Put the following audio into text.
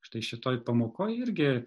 štai šitoj pamokoj irgi